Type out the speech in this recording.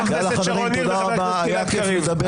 חברת הכנסת שרון ניר וחבר הכנסת גלעד קריב.